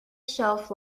shelf